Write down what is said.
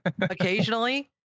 Occasionally